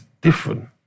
different